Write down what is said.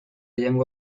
llengua